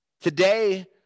Today